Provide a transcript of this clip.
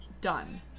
done